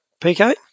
PK